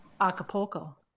Acapulco